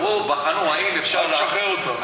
אל תשחרר אותם.